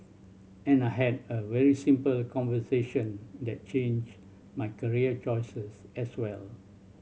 and I had a very simple conversation that changed my career choices as well